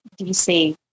DC